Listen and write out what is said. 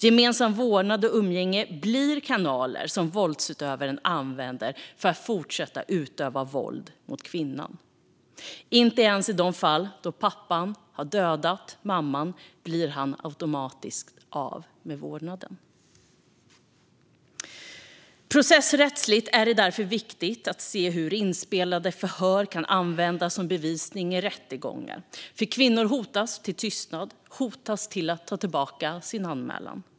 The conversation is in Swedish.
Gemensam vårdnad och umgänge är kanaler som våldsutövaren använder för att fortsätta utöva våld mot kvinnan. Inte ens i de fall då pappan har dödat mamman blir han automatiskt av med vårdnaden. Processrättsligt är det därför viktigt att se hur inspelade förhör kan användas som bevisning i rättegångar, för kvinnor hotas till tystnad och till att ta tillbaka sin anmälan.